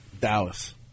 Dallas